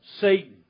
Satan